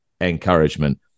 encouragement